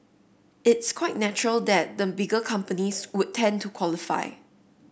it's quite natural that the bigger companies would tend to qualify